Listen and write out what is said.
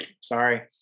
sorry